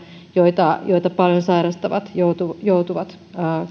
joita joita paljon sairastavat joutuvat joutuvat